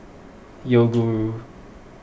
Yoguru